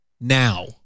now